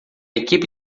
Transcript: equipe